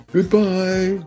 Goodbye